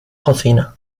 cocina